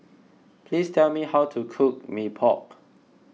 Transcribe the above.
please tell me how to cook Mee Pok